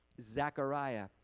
Zechariah